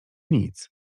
nic